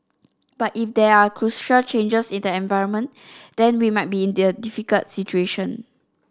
but if there are crucial changes in the environment then we might be in there difficult situation